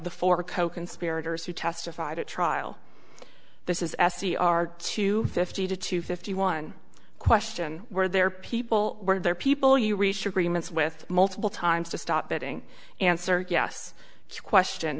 who testified at trial this is s e r two fifty to two fifty one question were there people were there people you reach agreements with multiple times to stop betting answer yes question